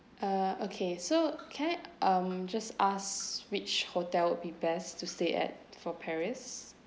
uh okay so can I um just ask which hotel would be best to stay at for paris